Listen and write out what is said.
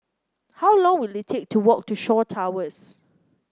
how long will it take to walk to Shaw Towers